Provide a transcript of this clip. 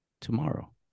tomorrow